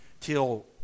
till